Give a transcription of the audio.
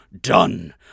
done